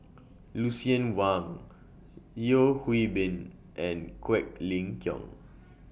Lucien Wang Yeo Hwee Bin and Quek Ling Kiong